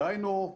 דהיינו,